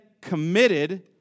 Committed